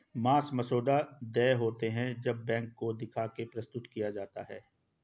मांग मसौदा देय होते हैं जब बैंक को दिखा के प्रस्तुत किया जाता है